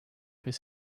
his